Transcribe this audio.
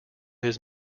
his